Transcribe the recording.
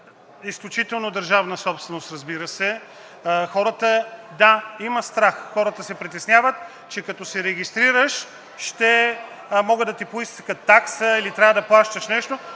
изключително държавна собственост, разбира се. Да, има страх, хората се притесняват, че като се регистрираш, ще могат да ти поискат такса или трябва да плащаш нещо,